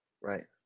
right